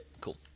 cool